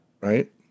right